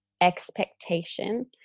expectation